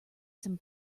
some